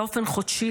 באופן חודשי,